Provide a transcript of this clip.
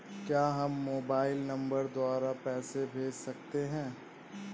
क्या हम mobile number द्वारा पैसे भेज सकते हैं?